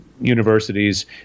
universities